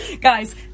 Guys